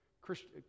Christian